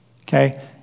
okay